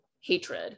hatred